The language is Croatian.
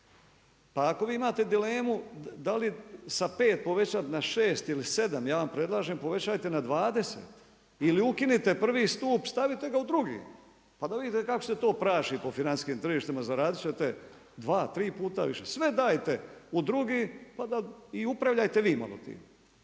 Pa ako vi imate dilemu da li sa 5 povećati na 6 ili 7 ja vam predlažem povećajte na 20 ili ukinite prvi stup, stavite ga u drugi, pa da vidite kako se to praši po financijskim tržištima. Zaradit ćete dva, tri puta više. Sve dajte u drugi, pa da i upravljajte vi malo tim.